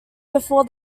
before